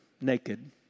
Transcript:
naked